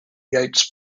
yates